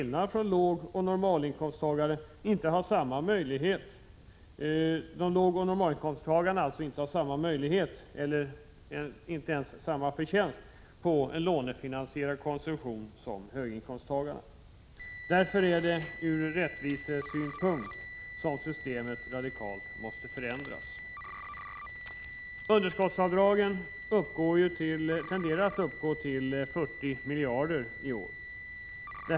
Lågoch normalinkomsttagare har inte samma möjlighet, eller samma förtjänst, på lånefinansierad konsumtion som höginkomsttagarna. Därför är det från rättvisesynpunkt som systemet radikalt måste förändras. Underskottsavdragen tenderar att uppgå till 40 miljarder i år.